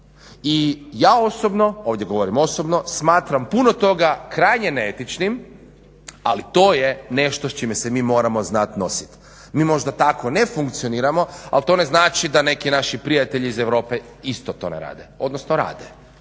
I ja osobno, ovdje govorim osobno smatram puno toga krajnje neetičnim, ali to je nešto s čime se mi moramo znat nositi. Mi možda tako ne funkcioniramo, ali to ne znači da neki naši prijatelji iz Europe isto to ne rade, odnosno rade.